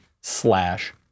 slash